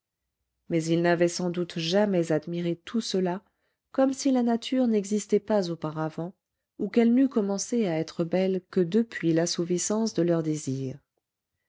mais ils n'avaient sans doute jamais admiré tout cela comme si la nature n'existait pas auparavant ou qu'elle n'eût commencé à être belle que depuis l'assouvissance de leurs désirs